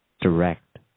direct